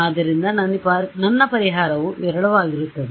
ಆದ್ದರಿಂದ ನನ್ನ ಪರಿಹಾರವು ವಿರಳವಾಗಿರುತ್ತದೆ